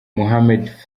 mohamed